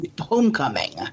Homecoming